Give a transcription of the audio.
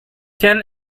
ten